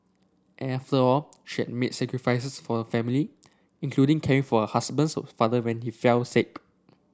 after all she had made sacrifices for the family including caring for her husband's of father when he fell sick